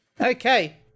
Okay